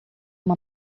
uma